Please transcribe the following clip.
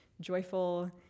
joyful